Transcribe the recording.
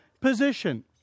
position